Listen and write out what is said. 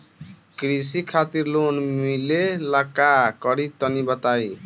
कृषि खातिर लोन मिले ला का करि तनि बताई?